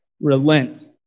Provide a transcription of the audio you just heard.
relent